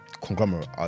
conglomerate